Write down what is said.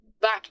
back